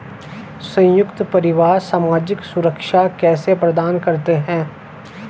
संयुक्त परिवार सामाजिक सुरक्षा कैसे प्रदान करते हैं?